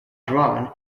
drawn